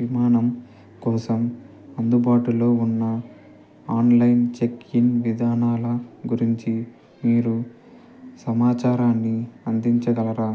విమానం కోసం అందుబాటులో ఉన్న ఆన్లైన్ చెక్ ఇన్ విధానాల గురించి మీరు సమాచారాన్ని అందించగలరా